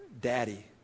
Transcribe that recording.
Daddy